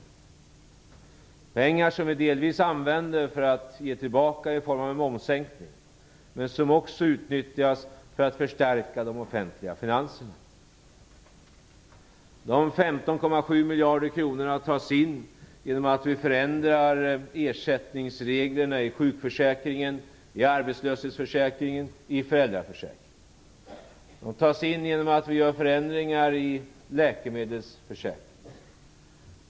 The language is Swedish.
Det är pengar som vi delvis använder till att ge tillbaka i form av en momssänkning men som också utnyttjas för att förstärka de offentliga finanserna. De 15,7 miljarder kronorna tas in genom att vi förändrar ersättningsreglerna i sjukförsäkringen, arbetslöshetsförsäkringen och föräldraförsäkringen. De tas in genom att vi gör förändringar i läkemedelsförsäkringen.